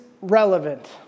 relevant